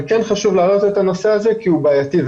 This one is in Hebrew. כן חשוב להעלות את הנושא הזה כי הוא בעייתי.